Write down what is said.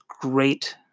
great